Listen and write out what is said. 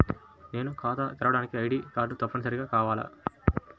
నేను ఖాతా తెరవడానికి ఐ.డీ కార్డు తప్పనిసారిగా కావాలా?